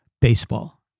baseball